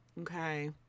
Okay